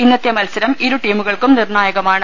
ഇന്നത്തെ മത്സരം ഇരു ടീമുകൾക്കും നിർണ്ണായകമാണ്